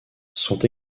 sont